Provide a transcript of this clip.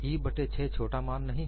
E बट्टे 6 छोटा मान नहीं है